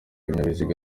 ibinyabiziga